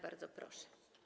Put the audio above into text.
Bardzo proszę.